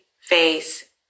face